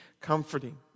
comforting